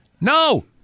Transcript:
No